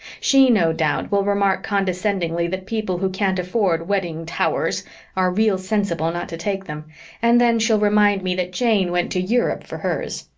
she, no doubt, will remark condescendingly that people who can't afford wedding towers are real sensible not to take them and then she'll remind me that jane went to europe for hers.